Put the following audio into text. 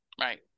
Right